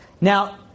Now